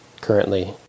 currently